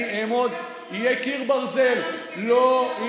אני אעמוד, יהיה קיר ברזל, זה